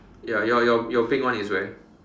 ya your your your big one is where